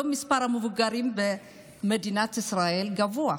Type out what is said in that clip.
מספר המבוגרים היום במדינת ישראל גבוה,